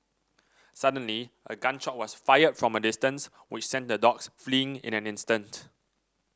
suddenly a gun shot was fired from a distance which sent the dogs fleeing in an instant